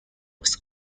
was